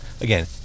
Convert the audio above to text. again